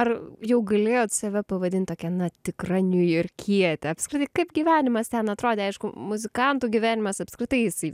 ar jau galėjot save pavadint tokia na tikra niujorkiete apskritai kaip gyvenimas ten atrodė aišku muzikantų gyvenimas apskritai jisai